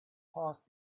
past